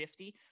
50